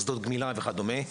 מוסדות גמילה וכדומה.